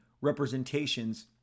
representations